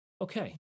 Okay